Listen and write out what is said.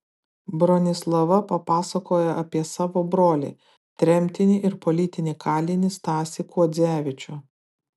bronislava papasakojo apie savo brolį tremtinį ir politinį kalinį stasį kuodzevičių